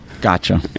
Gotcha